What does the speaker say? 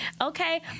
Okay